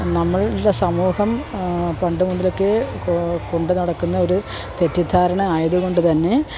നമ്മളുടെ സമൂഹം പണ്ടു മുതൽക്കേ കൊണ്ടുനടക്കുന്ന ഒരു തെറ്റിദ്ധാരണ ആയതുകൊണ്ട് തന്നെ